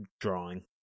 drawing